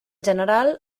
general